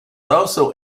also